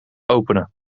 openen